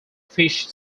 fish